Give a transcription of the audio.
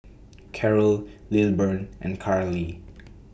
Carrol Lilburn and Karly